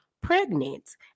pregnant